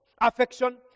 Affection